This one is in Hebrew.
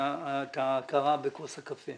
ההכרה בכוס הקפה?